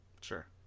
Sure